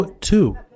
Two